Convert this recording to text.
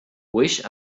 wish